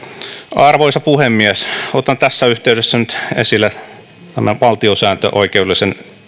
arvoisa puhemies otan tässä yhteydessä nyt esille tämän valtiosääntöoikeudellisen